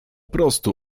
prostu